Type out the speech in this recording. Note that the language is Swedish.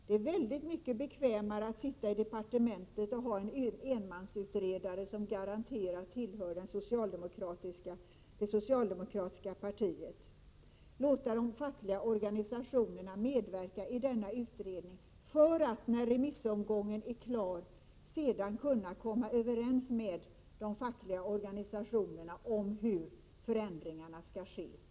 Det är väldigt mycket bekvämare att sitta i departementet och ha en enmansutredare som garanterat tillhör det socialdemokratiska partiet och låta de fackliga organisationerna medverka i utredningen för att, när remissomgången är klar, kunna komma överens med de fackliga organisationerna om hur förändringarna skall ske.